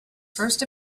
first